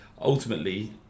ultimately